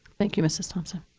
thank you, mrs. thompson.